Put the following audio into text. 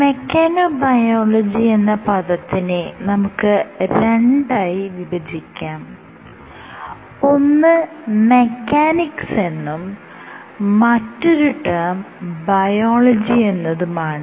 mechanobiology എന്ന പദത്തിനെ നമുക്ക് രണ്ടായി വിഭജിക്കാം ഒന്ന് മെക്കാനിക്സ് എന്നും മറ്റൊരു ടെർമ് ബയോളജി എന്നതുമാണ്